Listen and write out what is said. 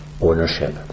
ownership